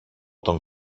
τον